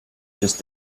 just